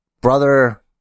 Brother